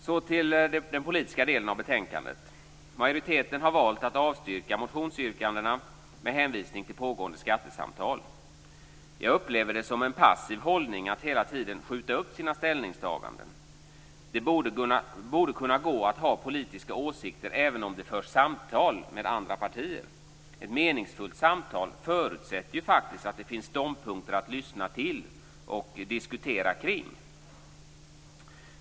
Så till den politiska delen av betänkandet. Majoriteten har valt att avstyrka motionsyrkandena med hänvisning till pågående skattesamtal. Jag upplever det som en passiv hållning att hela tiden skjuta upp sina ställningstaganden. Det borde kunna gå att ha politiska åsikter även om det förs samtal med andra partier. Ett meningsfullt samtal förutsätter faktiskt att det finns ståndpunkter att lyssna till och diskutera kring.